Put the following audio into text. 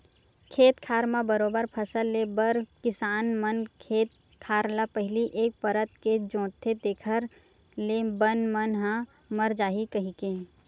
खेत खार म बरोबर फसल ले बर किसान मन खेत खार ल पहिली एक परत के जोंतथे जेखर ले बन मन ह मर जाही कहिके